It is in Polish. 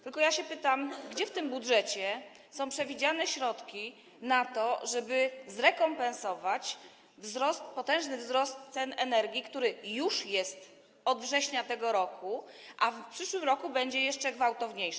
Tylko pytam, gdzie w tym budżecie są przewidziane środki na to, żeby zrekompensować potężny wzrost cen energii, który już jest, od września tego roku, a w przyszłym roku będzie jeszcze gwałtowniejszy.